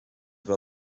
wel